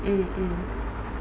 mm mm